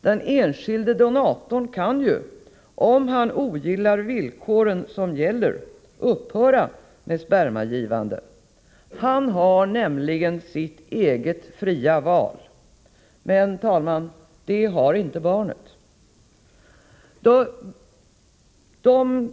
Den enskilde donatorn kan ju, om han ogillar villkoren som gäller, upphöra med spermagivandet. Han har nämligen sitt eget fria val. Men, herr talman, det har inte barnet.